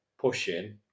pushing